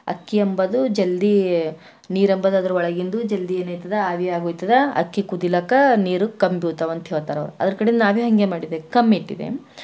ಅಕ್ಕಿ ಎಂಬದು ಜಲ್ದಿ ನೀರು ಎಂಬದು ಅದ್ರೊಳಗಿಂದು ಜಲ್ದಿ ಏನೈತದ ಆವಿಯಾಗೋಯ್ತದ ಅಕ್ಕಿ ಕುದಿಲಕ್ಕ ನೀರು ಕಂಬೀಳ್ತವ ಅಂತ ಹೇಳ್ತಾರವ್ರು ಅದರ ಕಡಿಂದ ನಾವೇ ಹಂಗೆ ಮಾಡಿದೆ ಕಮ್ಮಿ ಇಟ್ಟಿದ್ದೆ